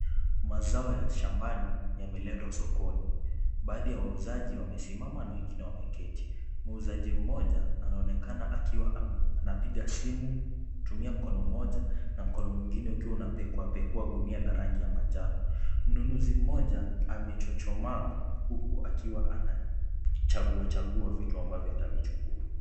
Mazao ya shambani yameletwa sokoni. Baadhi ya wauzaji wamesimama na wengine wameketi. Muuzaji mmoja anaonekana akiwa anapiga simu kutumia mkono mmoja na mkono mwingine ukiwa unapekua pekua gunia la rangi ya manjano. Mnunuzi mmoja amechuchumaa huku akiwa anachagua chagua vitu ambavyo atavichukua.